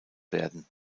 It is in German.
werden